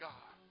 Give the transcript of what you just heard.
God